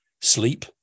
sleep